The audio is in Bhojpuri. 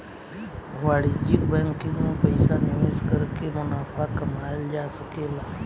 वाणिज्यिक बैंकिंग में पइसा निवेश कर के मुनाफा कमायेल जा सकेला